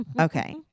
Okay